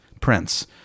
prince